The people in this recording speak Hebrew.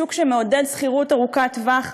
שוק שמעודד שכירות ארוכת טווח,